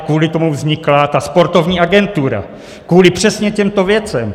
Kvůli tomu vznikla ta sportovní agentura, kvůli přesně těmto věcem.